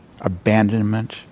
abandonment